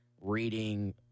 reading